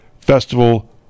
Festival